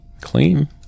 clean